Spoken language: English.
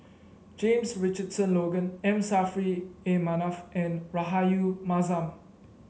James Richardson Logan M Saffri A Manaf and Rahayu Mahzam